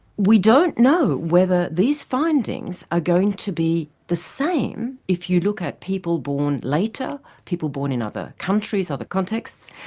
we don't know whether these findings are going to be the same if you look at people born later, people born in other countries, other contexts,